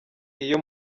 iyo